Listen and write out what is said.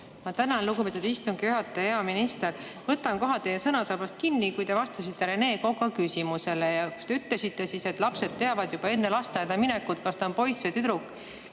Ma tänan, lugupeetud istungi juhataja! Hea minister! Võtan kohe teie sõnasabast kinni. Te vastasite Rene Koka küsimusele ja ütlesite, et laps teab juba enne lasteaeda minekut, kas ta on poiss või tüdruk.